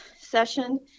session